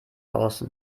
aus